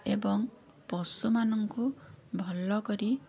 ଏବଂ ପଶୁମାନଙ୍କୁ ଭଲ କରି